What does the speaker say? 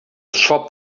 shop